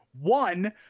One